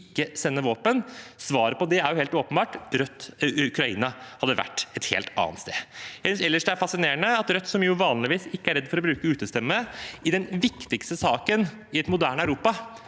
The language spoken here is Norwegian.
ikke å sende våpen. Svaret på det er helt åpenbart: Ukraina hadde vært i en helt annen situasjon. Det er ellers fascinerende at Rødt, som vanligvis ikke er redd for å bruke utestemme, i den viktigste saken i et moderne Europa